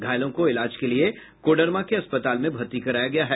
घायलों को इलाज के लिये कोडरमा के अस्पताल में भर्ती कराया गया है